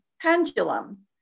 pendulum